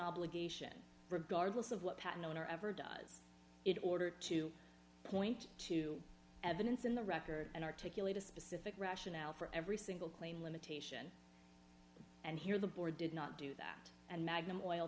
obligation regardless of what patent owner ever does it order to point to evidence in the record and articulate a specific rationale for every single claim limitation and here the board did not do that and magnum oil